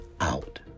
out